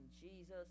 Jesus